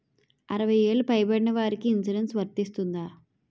అరవై ఏళ్లు పై పడిన వారికి ఇన్సురెన్స్ వర్తిస్తుందా?